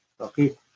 okay